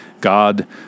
God